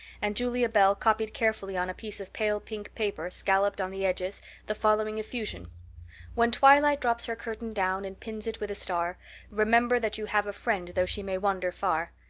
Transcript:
and julia bell copied carefully on a piece of pale pink paper scalloped on the edges the following effusion when twilight drops her curtain down and pins it with a star remember that you have a friend though she may wander far.